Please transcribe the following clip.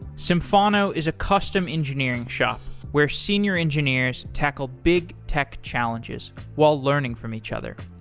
symphono is a custom engineering shop where senior engineers tackle big tech challenges while learning from each other.